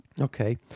Okay